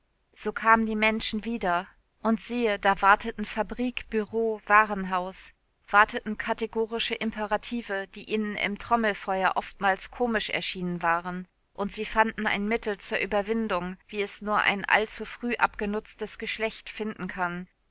so kamen die menschen wieder und siehe da warteten fabrik bureau warenhaus warteten kategorische imperative die ihnen im trommelfeuer oftmals komisch erschienen waren und sie fanden ein mittel zur überwindung wie es nur ein allzu früh abgenutztes geschlecht finden kann